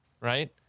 Right